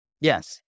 Yes